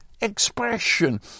expression